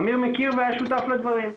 אמיר מכיר והיה שותף לדברים.